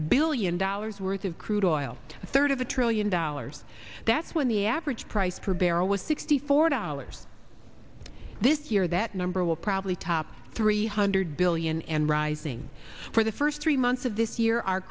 billion dollars worth of crude oil a third of a trillion dollars that's when the average price per barrel was sixty four dollars this year that number will probably top three hundred billion and rising for the first three months of this year